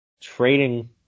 trading